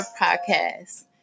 podcast